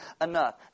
enough